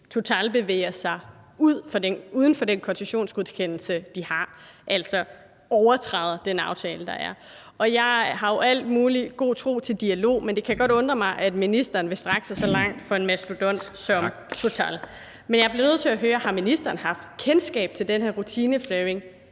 Total bevæger sig uden for den koncessionsgodkendelse, de har, altså at de overtræder den aftale, der er. Jeg har jo al mulig god tro til dialog, men det kan godt undre mig, at ministeren vil strække sig så langt for en mastodont som Total. Men jeg bliver nødt til at høre, om ministeren har haft kendskab til den her rutineflaring,